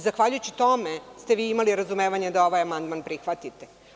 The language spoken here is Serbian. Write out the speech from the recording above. Zahvaljujući tome vi ste imali razumevanje da ovaj amandman prihvatite.